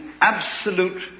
absolute